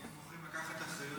כי הם בוחרים לקחת אחריות,